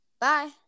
Bye